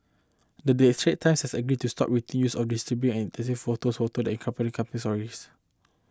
the day Straits Times has agreed to stop the routine use of disturbing and insensitive posed photos that accompany crime stories